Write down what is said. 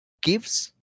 gives